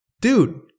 Dude